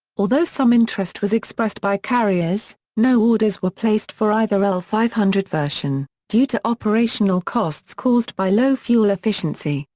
although some interest was expressed by carriers, no orders were placed for either l five hundred version, due to operational costs caused by low fuel efficiency,